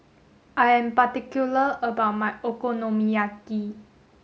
I am particular about my Okonomiyaki